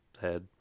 head